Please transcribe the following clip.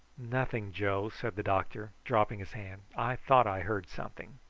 nothing, joe, said the doctor, dropping his hand. i thought i heard something.